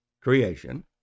creation